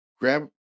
grab